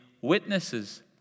witnesses